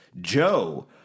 Joe